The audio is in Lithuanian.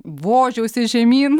vožiausi žemyn